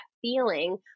feeling